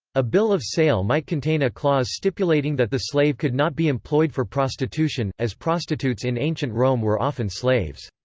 a bill of sale might contain a clause stipulating that the slave could not be employed for prostitution, as prostitutes in ancient rome were often slaves.